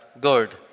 good